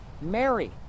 Mary